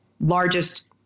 largest